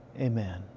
Amen